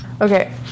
Okay